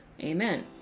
Amen